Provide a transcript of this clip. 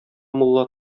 мулла